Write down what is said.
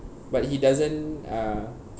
but he doesn't uh